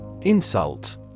Insult